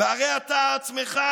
והרי אתה עצמך,